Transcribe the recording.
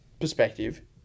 perspective